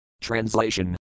Translation